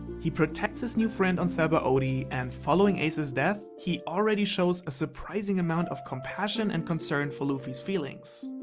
he protects his new friends on sabaody and following ace's death, he already shows a surprising amount of compassion and concern for luffy's feelings.